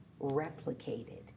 replicated